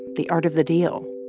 the art of the deal.